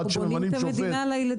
אנחנו בונים את המדינה לילדים שלנו.